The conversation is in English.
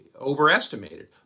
overestimated